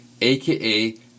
aka